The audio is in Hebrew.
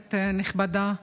כנסת נכבדה,